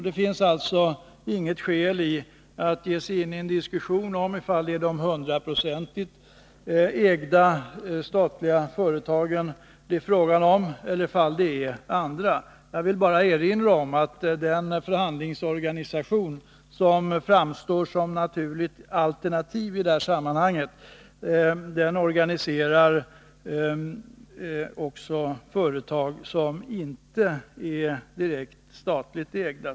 Det finns ingen anledning att ge sig in i en diskussion om huruvida det är de hundraprocentigt ägda statliga företagen som det är fråga om, eller om det är andra. Jag vill bara erinra om att den förhandlingsorganisation som framstår som ett naturligt alternativ i det här sammanhanget även organiserar företag som inte är direkt statligt ägda.